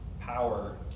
power